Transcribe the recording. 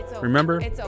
Remember